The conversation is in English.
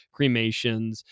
cremations